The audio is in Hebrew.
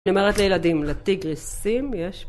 אני אומרת לילדים לטיגריסים יש